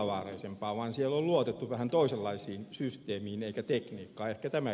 siellä on luotettu vähän toisenlaisiin systeemeihin eikä tekniikkaan